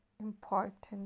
important